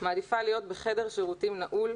אני מעדיפה להיות בחדר שירותים נעול,